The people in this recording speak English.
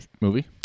movie